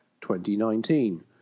2019